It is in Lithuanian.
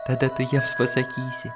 tada tu jiems pasakysi